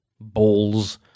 balls